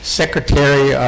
secretary